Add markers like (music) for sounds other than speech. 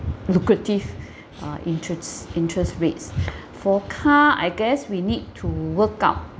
lucrative (breath) uh interest interest rates (breath) for car I guess we need to workout